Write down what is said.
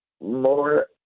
more